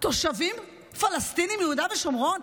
תושבים פלסטינים מיהודה ושומרון?